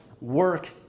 work